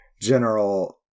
General